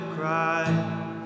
cry